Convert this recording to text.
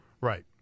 Right